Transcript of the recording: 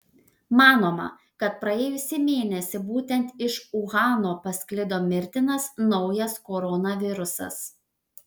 manoma kad praėjusį mėnesį būtent iš uhano pasklido mirtinas naujas koronavirusas